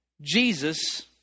Jesus